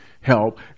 help